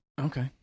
Okay